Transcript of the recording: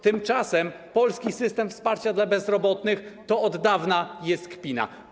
Tymczasem polski system wsparcia dla bezrobotnych to od dawna jest kpina.